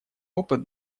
опыт